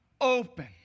open